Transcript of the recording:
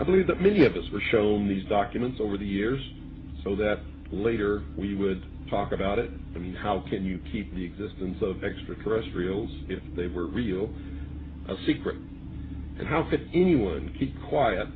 i believe that many of us were shown these documents over the years so that later we would talk about it i mean how can you keep the existence of extraterrestrial if they were real a secret and how could anyone keep quiet